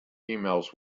emails